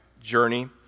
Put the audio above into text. journey